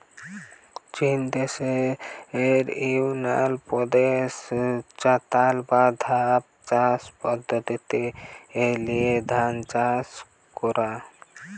চিন দেশের ইউনান প্রদেশে চাতাল বা ধাপ চাষের পদ্ধোতি লিয়ে ধান চাষ কোরা